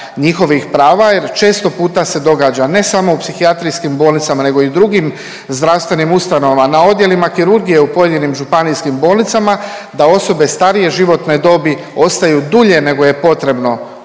njihovih prava jer često puta se događa ne samo u psihijatrijskim bolnicama nego i drugim zdravstvenim ustanovama, na odjelima kirurgije u pojedinim županijskim bolnicama da osobe starije životne dobi ostaju dulje nego je potrebno